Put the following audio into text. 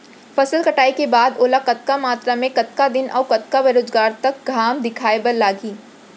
फसल कटाई के बाद ओला कतका मात्रा मे, कतका दिन अऊ कतका बेरोजगार तक घाम दिखाए बर लागही?